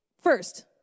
First